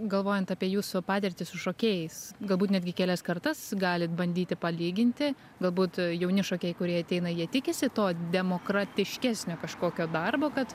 galvojant apie jūsų patirtį su šokėjais galbūt netgi kelias kartas galit bandyti palyginti galbūt jauni šokėjai kurie ateina jie tikisi to demokratiškesnio kažkokio darbo kad